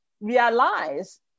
realize